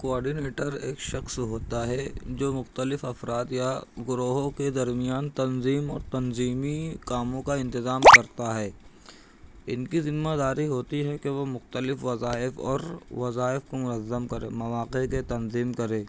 coordinator ایک شخص ہوتا ہے جو مختلف افراد یا گروہوں کے درمیان تنظیم اور تنظیمی کاموں کا انتظام کرتا ہے ان کی ذمہ داری ہوتی ہے کہ وہ مختلف وظائف اور وظائف کو منظم کرے مواقع کے تنظیم کرے